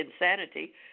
insanity